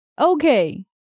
Okay